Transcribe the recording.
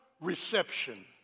reception